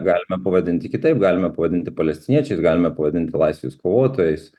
galime pavadinti kitaip galime pavadinti palestiniečiais galima pavadinti laisvės kovotojais